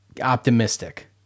optimistic